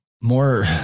more